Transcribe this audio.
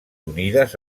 unides